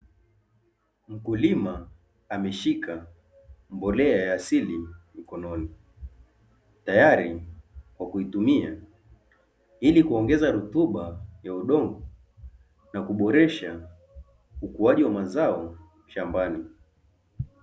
Mkulima ameshika mbolea ya asili mkononi, tayari kwa kuitumia ili kuongeza rutuba ya udongo na kuboresha ukuaji wa mazao shambani.